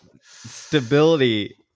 stability